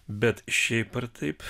bet šiaip ar taip